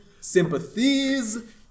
Sympathies